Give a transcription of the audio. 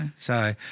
so